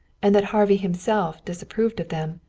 and that harvey himself disapproved of them.